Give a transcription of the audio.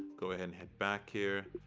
go ahead and hit back here.